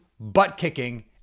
butt-kicking